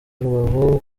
rubavu